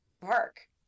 Park